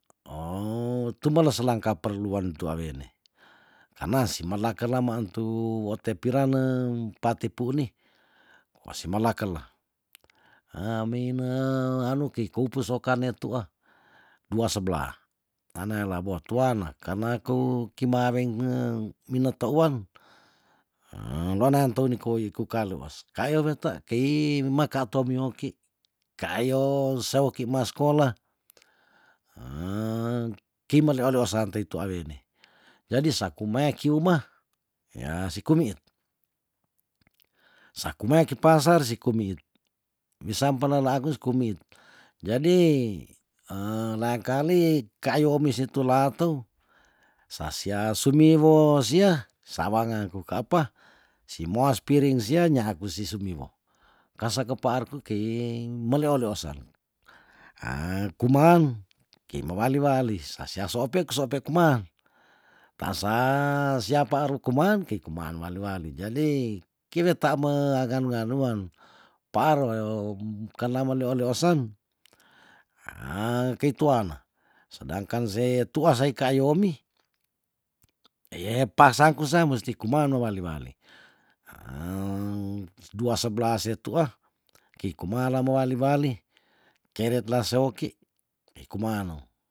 Oh tumelas se laang kaperluan tua wene karna sia male kela si meentu wote piraneng pati pu ni masi mala kel meime weanu kei kou pusokan ne tuah dua seblah naneala bo tuana karna kou kimaweng mino teuan weana ntou ni koi ku ka leos kayo weta kei makatomi oki kaayos sewoki mea skolah kei meliolisan tei tu awene jadi saku mae ki umah yah si kumit saku maya ki pasar si kumiit wisam pele la akus kumit jadi leangkali kaayo omi si tula teu sa sia sumiwo sia sawang aku ka apa si moas piring sia nyaaku si sumiwo kasa kepaarku keng melioliosen ha kuman kei mewali wali sa sia soopek soopek kuman taan sa siapa aru kuman kei kuman wali wali jadi ki weta me weakan weanuan paar weom kerna melioliosen ya kei tuana sedangkan se tuah sei ka ayomi eyeye pasangku sa musti kuman mewali wali dua seblah se tuah kei kumala mewali wali keret la se oki dei kumanen